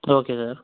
okay sir